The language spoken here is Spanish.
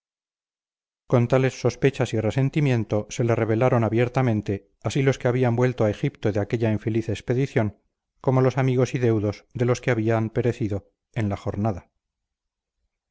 tales sospechas y resentimiento se le rebelaron abiertamente así los que habían vuelto a egipto de aquella infeliz expedición como los amigos y deudos de los que habían perecido en la jornada